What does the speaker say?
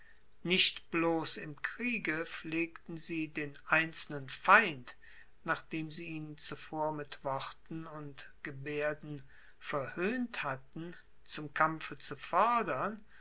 nicht bloss im kriege pflegten sie den einzelnen feind nachdem sie ihn zuvor mit worten und gebaerden verhoehnt hatten zum kampfe zu fordern